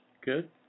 Good